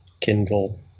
Kindle